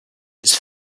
its